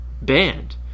banned